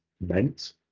meant